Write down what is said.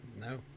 No